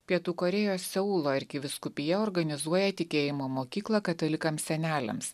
pietų korėjos seulo arkivyskupija organizuoja tikėjimo mokyklą katalikams seneliams